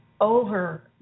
over